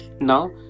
Now